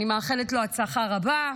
אני מאחלת לו הצלחה רבה.